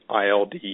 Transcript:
ILD